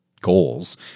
goals